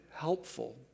helpful